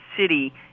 city